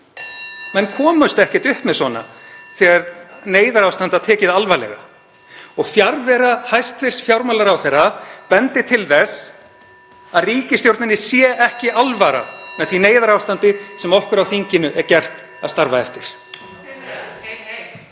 Menn komust ekkert upp með svona þegar neyðarástand var tekið alvarlega. Fjarvera hæstv. fjármálaráðherra bendir til þess að ríkisstjórninni (Forseti hringir.) sé ekki alvara með því neyðarástandi sem okkur á þinginu er gert að starfa eftir.